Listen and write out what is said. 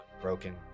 broken